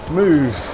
move